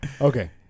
Okay